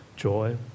Joy